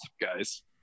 guys